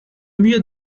murs